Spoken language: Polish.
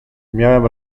miałem